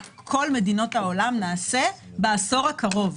כל מדינות העולם נעשה בעשור הקרוב,